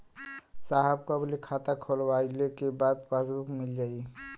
साहब कब ले खाता खोलवाइले के बाद पासबुक मिल जाई?